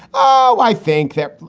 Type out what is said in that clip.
i think that,